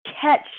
catch